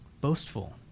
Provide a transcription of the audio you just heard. Boastful